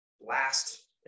last